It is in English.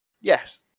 Yes